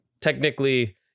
technically